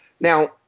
Now